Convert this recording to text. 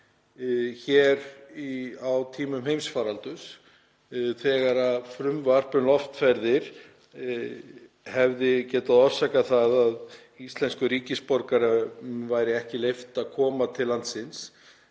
hér á tímum heimsfaraldurs þegar frumvarp um loftferðir hefði getað orsakað það að íslenskum ríkisborgara yrði ekki leyft að koma til landsins,